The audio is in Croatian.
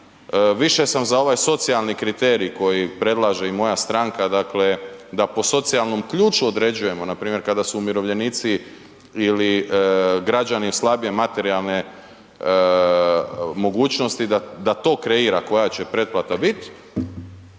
više sam za ovaj socijalni kriterij koji predlaže i moja stranka, dakle da po socijalnom ključu određujemo npr. kada su umirovljenici ili građani slabije materijalne mogućnosti, da to kreira koja će pretplata bit,